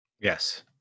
Yes